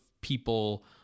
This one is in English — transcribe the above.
people